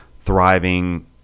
thriving